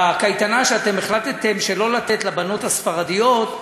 בקייטנה שאתם החלטתם שלא לתת לבנות הספרדיות,